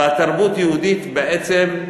והתרבות היהודית, בעצם,